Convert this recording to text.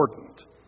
important